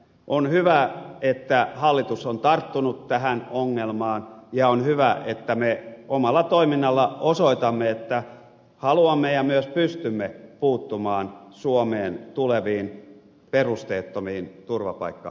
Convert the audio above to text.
on hyvä että hallitus on tarttunut tähän ongelmaan ja on hyvä että me omalla toiminnallamme osoitamme että haluamme puuttua ja myös pystymme puuttumaan suomeen tuleviin perusteettomiin turvapaikkahakemuksiin